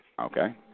Okay